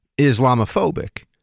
Islamophobic